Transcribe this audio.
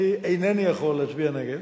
אני אינני יכול להצביע נגד,